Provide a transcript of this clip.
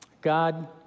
God